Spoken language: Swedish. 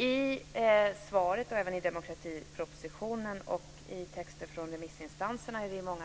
I svaret, i demokratipropositionen och i remissyttrandena